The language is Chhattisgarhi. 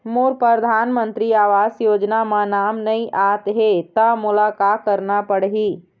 मोर परधानमंतरी आवास योजना म नाम नई आत हे त मोला का करना पड़ही?